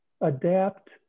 adapt